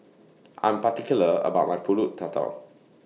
I'm particular about My Pulut Tatal